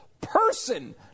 person